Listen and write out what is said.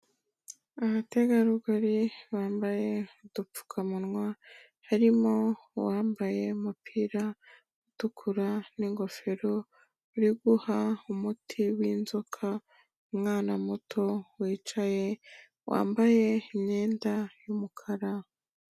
Abategarugori bambaye udupfukamunwa, harimo uwambaye umupira utukura n'ingofero, uri guha umuti w'inzoka umwana muto wicaye, wambaye imyenda y'umukara.